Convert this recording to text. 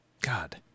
God